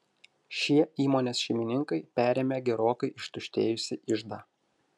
šie įmonės šeimininkai perėmė gerokai ištuštėjusį iždą